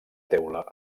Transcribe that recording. teula